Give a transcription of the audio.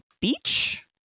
beach